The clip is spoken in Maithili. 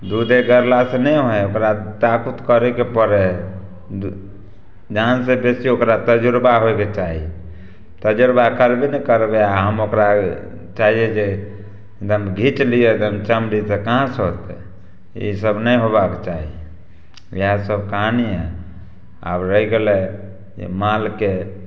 दूधे गाड़लासे नहि होइ ओकरा ताबुत करैके पड़ै हइ दुइ जानसे बेसी ओकरा तजुर्बा होइके चाही तजुर्बा करबे नहि करबै आओर हम ओकरा चाहिए जे एकदम घीचि लिए एकदम चमड़ी तऽ कहाँ से होतै ईसब नहि होबाक चाही इएहसब कहानी हइ आओर रहि गेलै जे मालके